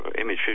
Image